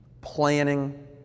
planning